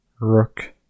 rook